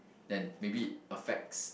then maybe it affects